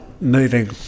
moving